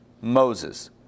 Moses